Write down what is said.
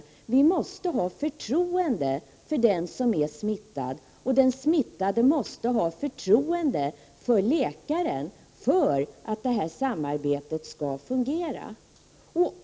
För att samarbetet skall fungera måste vi ha förtroende för den som är smittad, och den smittade måste ha förtroende för läkarna.